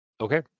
Okay